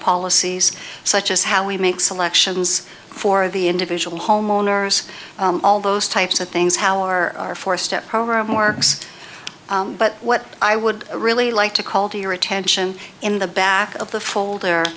policies such as how we make selections for the individual homeowners all those types of things how our four step program works but what i would really like to call to your attention in the back of the folder